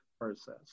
process